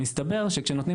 מסתבר שכשנותנים